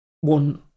one